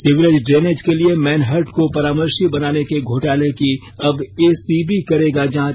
sewerage drainage के लिए Meinhardt को परामर्शी बनाने के घोटाले की अब एसीबी करेगा जांच